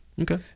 Okay